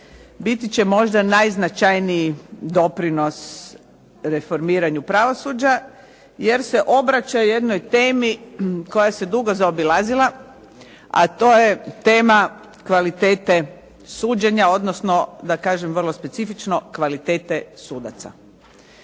biti će možda najznačajniji doprinos reformiranju pravosuđa, jer se obraća jednoj temi koja se dugo zaobilazila, a to je tema kvalitete suđenja, odnosno da kažem vrlo specifično kvalitete sudaca.